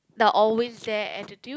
the always there attitude